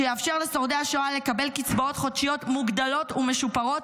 שיאפשר לשורדי השואה לקבל קצבאות חודשיות מוגדלות ומשופרות